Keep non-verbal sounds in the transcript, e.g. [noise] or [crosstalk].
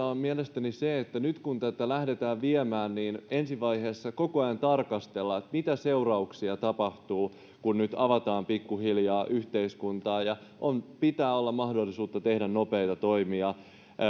[unintelligible] on mielestäni se että nyt kun tätä lähdetään viemään niin ensivaiheessa koko ajan tarkastellaan mitä seurauksia tapahtuu kun nyt avataan pikkuhiljaa yhteiskuntaa ja pitää olla mahdollisuutta tehdä nopeita toimia